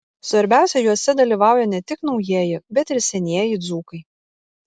svarbiausia juose dalyvauja ne tik naujieji bet ir senieji dzūkai